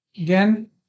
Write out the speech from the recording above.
Again